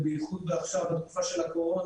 ובייחוד עכשיו בתקופה של הקורונה,